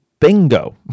Bingo